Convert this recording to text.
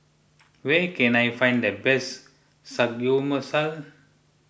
where can I find the best